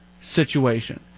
situation